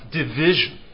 division